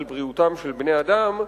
על בריאותם של בני-אדם,